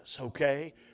okay